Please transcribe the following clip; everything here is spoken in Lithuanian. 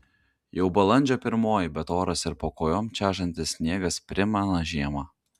jau balandžio pirmoji bet oras ir po kojom čežantis sniegas primena žiemą